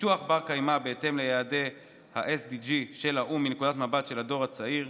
פיתוח בר-קיימא בהתאם ליעדי ה-SDG של האו"ם מנקודת מבט של הדור הצעיר.